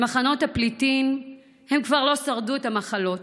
במחנות הפליטים הן כבר לא שרדו את המחלות,